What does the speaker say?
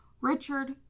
Richard